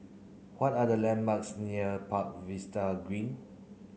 what are the landmarks near Park Green